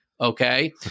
Okay